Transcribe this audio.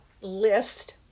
list